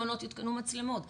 יותקנו מצלמות בכל המעונות,